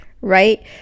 right